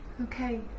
Okay